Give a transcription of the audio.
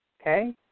Okay